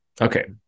Okay